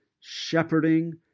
shepherding